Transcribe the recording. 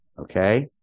okay